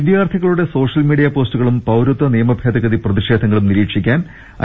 വിദ്യാർഥികളുടെ സോഷ്യൽമീഡിയ പോസ്റ്റുകളും പൌരത്വ നിയമഭേ ദഗതി പ്രതിഷേധങ്ങളും നിരീക്ഷിക്കാൻ ഐ